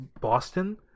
Boston